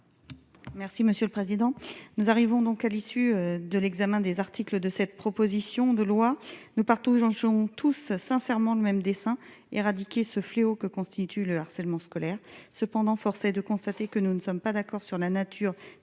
Merci monsieur le président, nous arrivons donc à l'issue de l'examen des articles de cette proposition de loi nous partout sont tous sincèrement le même dessin éradiquer ce fléau que constitue le harcèlement scolaire cependant force est de constater que nous ne sommes pas d'accord sur la nature